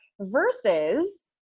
Versus